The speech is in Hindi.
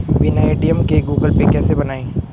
बिना ए.टी.एम के गूगल पे कैसे बनायें?